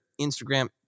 Instagram